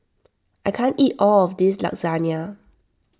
I can't eat all of this Lasagne